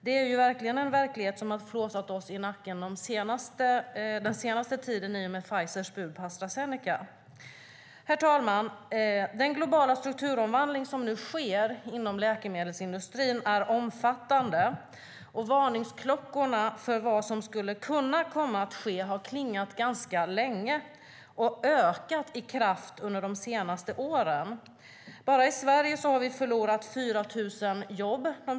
Det är en verklighet som har flåsat oss i nacken under den senaste tiden i och med Pfizers bud på Astra Zeneca. Herr talman! Den globala strukturomvandling som nu sker inom läkemedelsindustrin är omfattande. Varningsklockorna för vad som skulle kunna komma att ske har klingat ganska länge och under de senaste åren ökat i kraft. Bara i Sverige har vi förlorat 4 000 jobb.